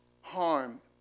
harm